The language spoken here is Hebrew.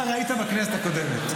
אתה הרי היית בכנסת הקודמת,